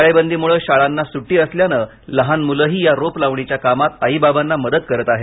टाळेबंदीमुळे शाळांना सुट्टी असल्यानं लहान म्लंही या रोप लावणीच्या कामात आई बाबांना मदत करत आहेत